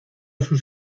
sus